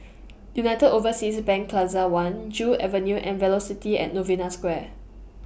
United Overseas Bank Plaza one Joo Avenue and Velocity At Novena Square